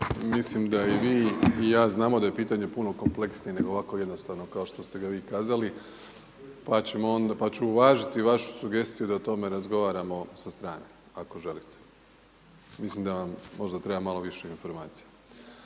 mislim da i vi i ja znamo da je pitanje puno kompleksnije nego ovako jednostavno kao što ste ga vi kazali, pa ću uvažiti vašu sugestiju da o tome razgovaramo sa strane, ako želite. Mislim da vam treba možda malo više informacija.